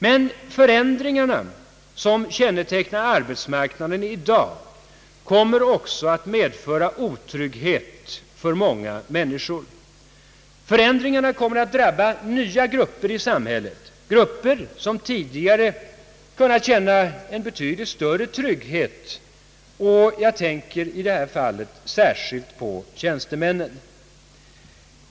Men de förändringar som kännetecknar arbetsmarknaden i dag kommer att medföra otrygghet för många människor. Förändringarna kommer också att drabba nya grupper i samhället, grupper som tidigare kunnat känna en betydligt större trygghet — jag tänker i detta fall bl.a. på tjänstemännen.